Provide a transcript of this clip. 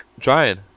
trying